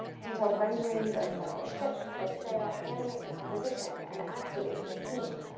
detailed renderings of several ships at sail animate the composition and activate the scene.